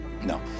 No